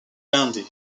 gandhi